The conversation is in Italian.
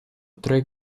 tre